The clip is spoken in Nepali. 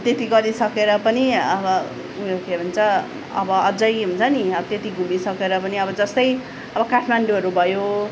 त्यति गरिसकेर पनि अब उयो के भन्छ अब अझै हुन्छ नि अब त्यति घुमिसकेर पनि अब जस्तै काठमाडौँहरू भयो